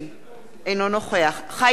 אינו נוכח חיים אמסלם,